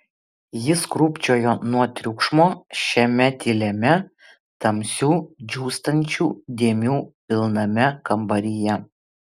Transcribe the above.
jis krūpčiojo nuo triukšmo šiame tyliame tamsių džiūstančių dėmių pilname kambaryje